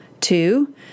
Two